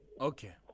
okay